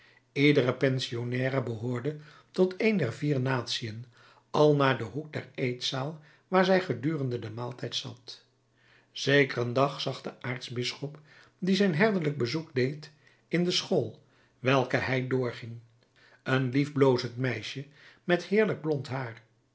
iedere pensionnaire behoorde tot een dezer vier natiën al naar den hoek der eetzaal waar zij gedurende den maaltijd zat zekeren dag zag de aartsbisschop die zijn herderlijk bezoek deed in de school welke hij doorging een lief blozend meisje met heerlijk blond haar